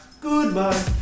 Goodbye